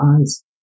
eyes